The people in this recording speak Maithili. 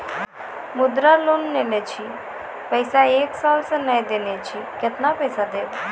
मुद्रा लोन लेने छी पैसा एक साल से ने देने छी केतना पैसा देब?